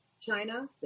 China